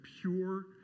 pure